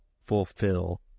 fulfill